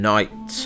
Night